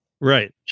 Right